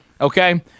Okay